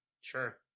Sure